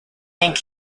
and